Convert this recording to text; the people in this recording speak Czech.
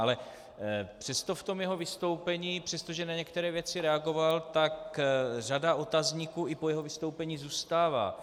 Ale přesto v tom jeho vystoupení, přesto, že na některé věci reagoval, tak řada otazníků i po jeho vystoupení zůstává.